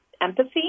empathy